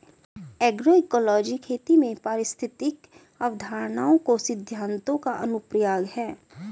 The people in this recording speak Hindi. एग्रोइकोलॉजी खेती में पारिस्थितिक अवधारणाओं और सिद्धांतों का अनुप्रयोग है